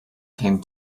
came